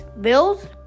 Bills